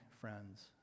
friends